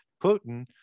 Putin